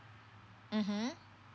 mmhmm